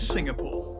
Singapore